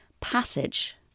passage